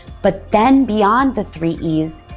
but then, beyond the three e's,